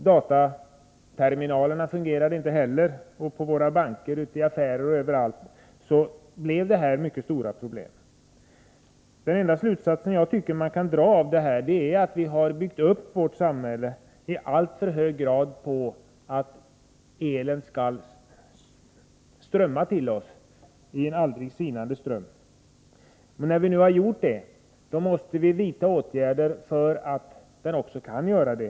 Dataterminalerna fungerade inte heller. På våra banker, ute i affärerna och på andra ställen ledde det till mycket stora problem. Den enda slutsats vi kan dra av detta är att vi i alltför hög grad har byggt upp vårt samhälle på att elen skall komma till oss i en aldrig sinande ström. När vi nu har gjort det, måste vi vidta åtgärder så att den också kan göra det.